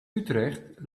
utrecht